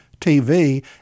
tv